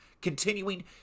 continuing